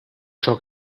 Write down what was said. ciò